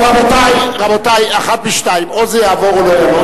הבניית ענישה נמצאת בוועדה בדיוק.